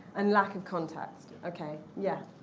and lack of context, ok. yeah.